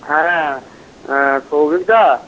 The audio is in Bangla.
হ্যাঁ সৌভিকদা